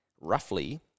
roughly